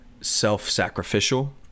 self-sacrificial